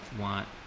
want